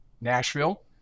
Nashville